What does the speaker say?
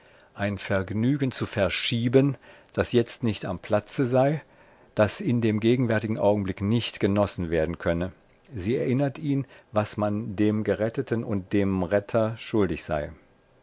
ein vergnügen zu verschieben das jetzt nicht am platze sei das in dem gegenwärtigen augenblick nicht genossen werden könne sie erinnert ihn was man dem geretteten und dem retter schuldig sei